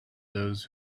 those